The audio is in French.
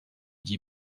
dit